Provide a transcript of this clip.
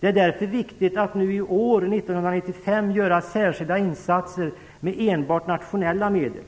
Det är därför viktigt att nu i år, 1995, göra särskilda insatser med enbart nationella medel.